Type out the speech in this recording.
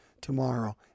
tomorrow